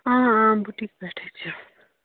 آ آ بُٹیٖک پٮ۪ٹھٕے چھَس